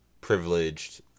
privileged